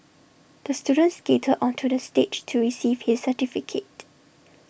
the student skated onto the stage to receive his certificate